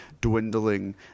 dwindling